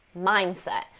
Mindset